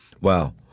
Wow